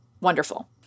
wonderful